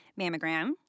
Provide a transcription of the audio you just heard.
mammogram